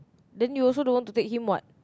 then you also don't want to take him what